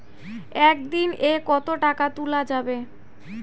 একদিন এ কতো টাকা তুলা যাবে?